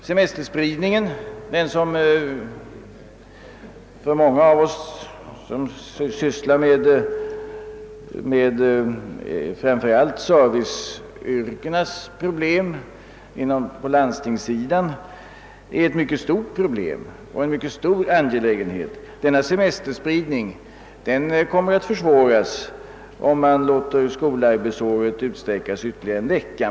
Semesterspridningen som för många av oss, som sysslar med framför allt serviceyrkenas problem på landstingssidan, är en mycket stor angelägenhet, kommer att försvåras, om skolarbetsåret utsträcks ytterligare en vecka.